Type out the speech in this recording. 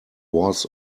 was